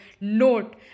note